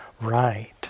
right